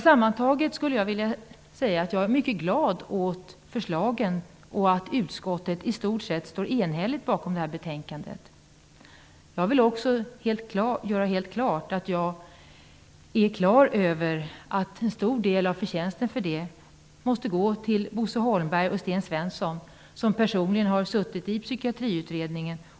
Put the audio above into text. Sammantaget är jag mycket glad åt förslagen och att utskottet i stort sett står enhälligt bakom betänkandet. Jag vill också göra helt klart att en stor del av förtjänsten för att utskottet är enigt är Bo Holmbergs och Sten Svenssons som har suttit i Psykiatriutredningen.